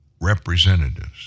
representatives